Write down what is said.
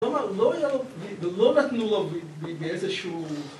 כלומר לא היה לו, ולא נתנו לו באיזה שהוא...